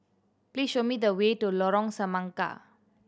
please show me the way to Lorong Semangka